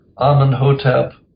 Amenhotep